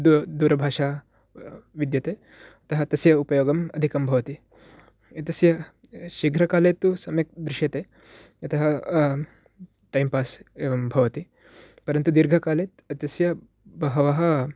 दूर दूरभाषा विद्यते अतः तस्य उपयोगम् अधिकं भवति एतस्य शीघ्रकाले तु सम्यक् दृश्यते यतः टैम्पास् एवं भवति परन्तु दीर्घकाले तस्य बहवः